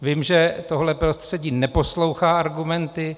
Vím, že tohle prostředí neposlouchá argumenty.